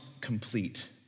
complete